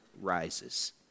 rises